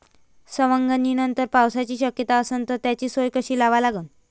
सवंगनीनंतर पावसाची शक्यता असन त त्याची सोय कशी लावा लागन?